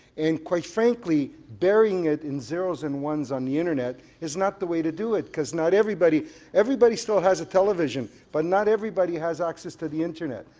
and quite frankly burying it in zeros and ones on the internet is not the way to do it because not everybody everybody still has a television but not everybody has access to the internet.